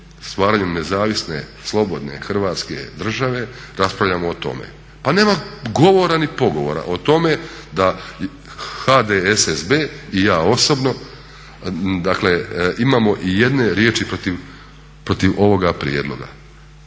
stvaranjem nezavisne, slobodne Hrvatske države raspravljamo o tome. Pa nema govora ni pogovora o tome da HDSSB i ja osobno dakle imamo i jedne riječi protiv ovoga prijedloga.